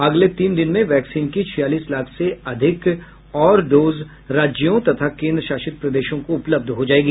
अगले तीन दिन में वैक्सीन की छियालीस लाख से अधिक और डोज राज्यों तथा केन्द्रशासित प्रदेशों को उपलब्ध हो जायेगी